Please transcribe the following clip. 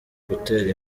gutera